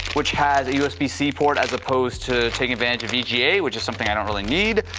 which has a usb c port as opposed to take advantage of vga, which is something i don't really need.